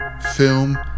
film